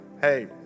hey